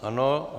Ano.